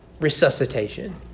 resuscitation